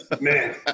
Man